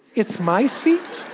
it's my seat.